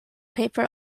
paper